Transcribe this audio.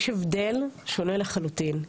יש הבדל, שונה לחלוטין.